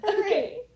Okay